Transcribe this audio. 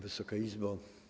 Wysoka Izbo!